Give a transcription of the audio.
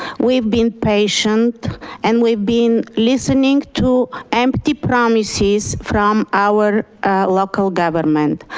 we've been patient and we've been listening to empty promises from our local government.